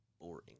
boring